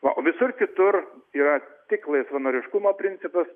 o visur kitur yra tik laisvanoriškumo principas